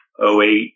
08